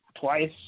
twice